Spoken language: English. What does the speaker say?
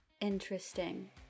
interesting